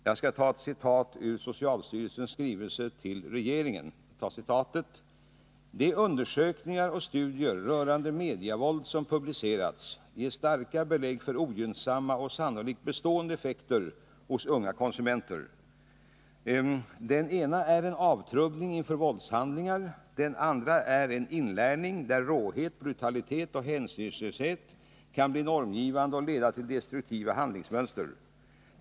Jag skall läsa upp ett citat ur socialstyrelsens skrivelse till regeringen: ”De undersökningar och studier rörande mediavåld, som publicerats, ger starka belägg för ogynnsamma och sannolikt bestående effekter hos unga konsumenter. Den ena är en avtrubbning inför våldshandlingar. Den andra är en inlärning, där råhet, brutalitet och hänsynslöshet kan bli normgivande och leda till destruktiva handlingsmönster.